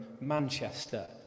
Manchester